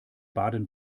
baden